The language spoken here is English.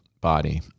body